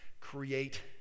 Create